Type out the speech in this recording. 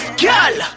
girl